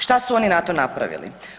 Šta su oni na to napravili?